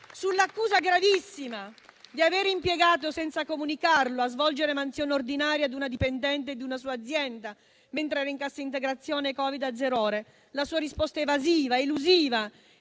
Sull'accusa gravissima di aver impiegato, senza comunicarlo, per svolgere mansioni ordinarie, la dipendente di una sua azienda mentre era in cassa integrazione Covid a zero ore, la sua risposta evasiva ed elusiva